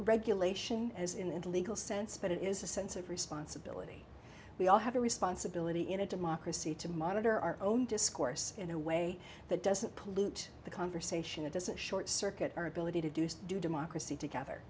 regulation as in the legal sense but it is a sense of responsibility we all have a responsibility in a democracy to monitor our own discourse in a way that doesn't pollute the conversation it doesn't short circuit our ability to do so democracy together